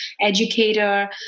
educator